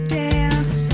dance